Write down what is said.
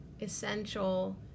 essential